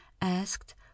asked